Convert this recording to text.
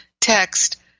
text